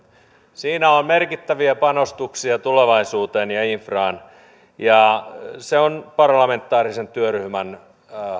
siinä on merkittäviä panostuksia tulevaisuuteen ja ja infraan ja se on parlamentaarisen työryhmän